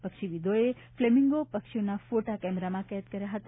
પક્ષીવિદોએ flamingo પક્ષીઓના ફોટાઓ કેમેરામાં કેદ કર્યા હતા